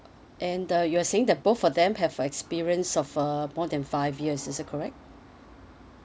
and uh you were saying that both of them have experience of uh more than five years is that correct